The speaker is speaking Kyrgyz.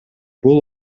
бул